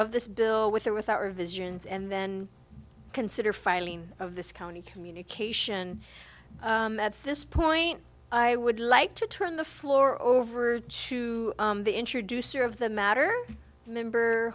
of this bill with or without revisions and then consider filing of this county communication at this point i would like to turn the floor over to the introducer of the matter member